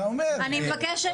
אני מבקש,